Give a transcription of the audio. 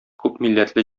күпмилләтле